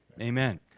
Amen